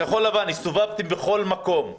כחול לבן, הסתובבתם בכל מקום.